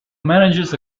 manages